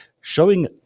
showing